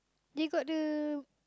they got the